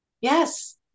Yes